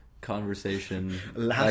Conversation